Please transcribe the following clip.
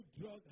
drug